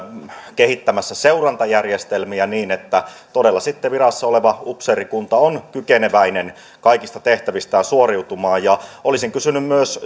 kehittämässä seurantajärjestelmiä niin että todella sitten virassa oleva upseerikunta on kykeneväinen kaikista tehtävistään suoriutumaan olisin kysynyt myös